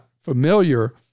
familiar